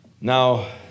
Now